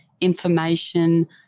information